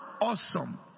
awesome